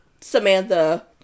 Samantha